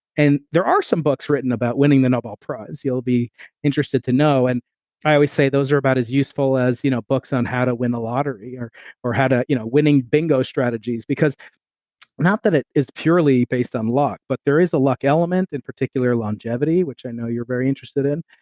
and there are some books written about winning the nobel prize you'll be interested to know, and i always say those are about as useful as you know books on how to win a lottery or or how to, you know winning bingo strategies because not that it's purely based on luck but there is the luck element and particular longevity which i know you're very interested in.